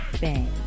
bang